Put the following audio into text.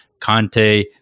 Conte